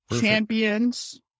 Champions